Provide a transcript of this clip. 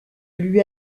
lui